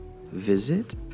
visit